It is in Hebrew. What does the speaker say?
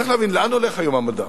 צריך להבין, לאן הולך היום המדע?